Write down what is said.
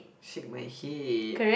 shake my head